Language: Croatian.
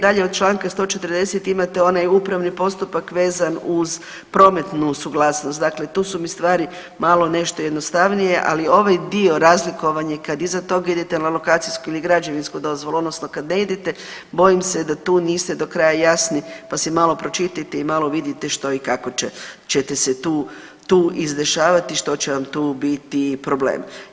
Dalje od čl. 140. imate onaj upravni postupak vezan uz prometnu suglasnost, dakle tu su mi stvari malo nešto jednostavnije, ali ovaj dio razlikovanja kad iza tog idete na lokacijsku ili građevinsku dozvolu odnosno kad ne idete bojim se da tu niste do kraja jasni, pa si malo pročitajte i malo vidite što i kako ćete se tu, tu izdešavati i što će vam tu biti problem.